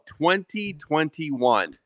2021